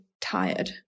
tired